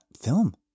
film